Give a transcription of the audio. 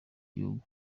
gihugu